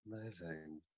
Amazing